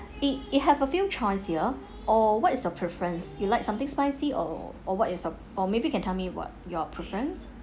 i~ it have a few choice here or what is your preference you likes something spicy or or what your su~ or maybe can tell me what your preference